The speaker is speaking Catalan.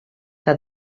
que